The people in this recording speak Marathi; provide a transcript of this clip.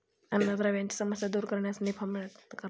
अन्नद्रव्यांची समस्या दूर करण्यास निफा मदत करते